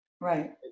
right